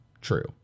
True